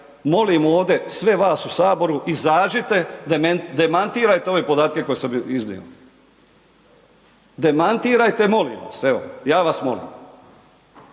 Molim ovdje sve vas u Saboru, izađite, demantirajte ove podatke koje sam iznio. Demantirajte, molim vas. Evo, ja vas molim.